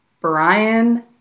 Brian